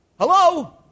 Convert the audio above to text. Hello